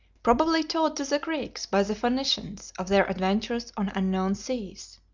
probably told to the greeks by the phoenicians of their adventures on unknown seas.